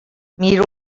miro